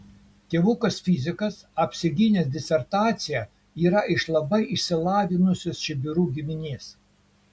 tėvukas fizikas apsigynęs disertaciją yra iš labai išsilavinusios čibirų giminės